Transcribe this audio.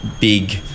big